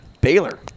Baylor